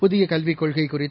புதியகல்விக் கொள்கைகுறித்து